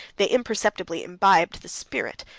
they imperceptiby imbibed the spirit,